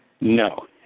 No